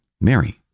Mary